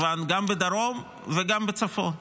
גם בדרום וגם בצפון כמובן.